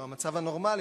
או המצב הנורמלי,